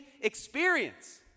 experience